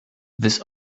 this